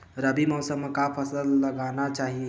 रबी मौसम म का फसल लगाना चहिए?